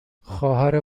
خواهر